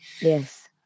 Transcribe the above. yes